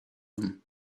them